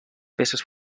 peces